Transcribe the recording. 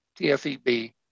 TFEB